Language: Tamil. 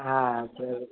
ஆ சரி